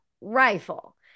rifle